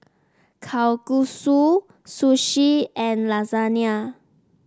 Kalguksu Sushi and Lasagna